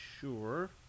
sure